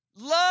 love